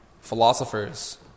philosophers